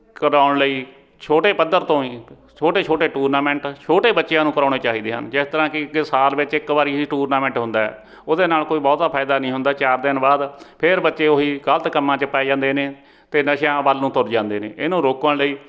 ਕਰਾਉਣ ਲਈ ਛੋਟੇ ਪੱਧਰ ਤੋਂ ਹੀ ਛੋਟੇ ਛੋਟੇ ਟੂਰਨਾਮੈਂਟ ਛੋਟੇ ਬੱਚਿਆਂ ਨੂੰ ਕਰਾਉਣੇ ਚਾਹੀਦੇ ਹਨ ਜਿਸ ਤਰ੍ਹਾਂ ਕਿ ਸਾਲ ਵਿੱਚ ਇੱਕ ਵਾਰੀ ਹੀ ਟੂਰਨਾਮੈਂਟ ਹੁੰਦਾ ਉਹਦੇ ਨਾਲ ਕੋਈ ਬਹੁਤਾ ਫਾਇਦਾ ਨਹੀਂ ਹੁੰਦਾ ਚਾਰ ਦਿਨ ਬਾਅਦ ਫਿਰ ਬੱਚੇ ਉਹੀ ਗਲਤ ਕੰਮਾਂ 'ਚ ਪੈ ਜਾਂਦੇ ਨੇ ਅਤੇ ਨਸ਼ਿਆਂ ਵੱਲ ਨੂੰ ਤੁਰ ਜਾਂਦੇ ਨੇ ਇਹਨੂੰ ਰੋਕਣ ਲਈ